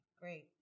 great